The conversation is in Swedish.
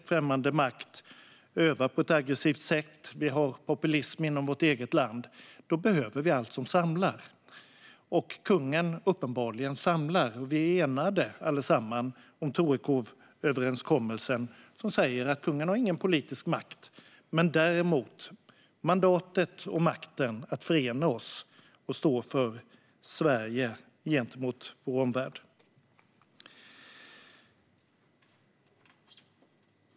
Främmande makt övar på ett aggressivt sätt, och vi har populism inom vårt eget land. Då behöver vi allt som samlar, och kungen samlar oss uppenbarligen. Och vi är allesammans enade om Torekovsöverenskommelsen, som säger att kungen inte har någon politisk makt men däremot mandatet och makten att förena oss och stå upp för Sverige gentemot vår omvärld.